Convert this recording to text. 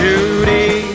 Judy